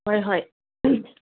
ꯍꯣꯏ ꯍꯣꯏ